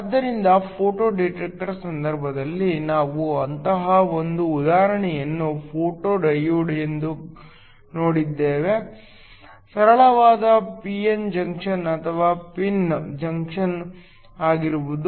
ಆದ್ದರಿಂದ ಫೋಟೋ ಡಿಟೆಕ್ಟರ್ನ ಸಂದರ್ಭದಲ್ಲಿ ನಾವು ಅಂತಹ ಒಂದು ಉದಾಹರಣೆಯನ್ನು ಫೋಟೊಡಯೋಡ್ ಎಂದು ನೋಡಿದ್ದೇವೆ ಸರಳವಾದ ಪಿ ಎನ್ ಜಂಕ್ಷನ್ ಅಥವಾ ಪಿನ್ ಜಂಕ್ಷನ್ ಆಗಿರಬಹುದು